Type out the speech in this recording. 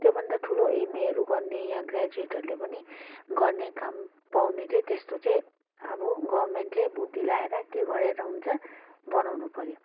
त्योभन्दा ठुलो एमएहरू गर्ने या ग्राजुएटहरूले पनि गर्ने काम पाउने चाहिँ त्यस्तो चाहिँ अब गर्मेन्टले बुद्धि लाएर के गरेर हुन्छ बनाउनु पर्यो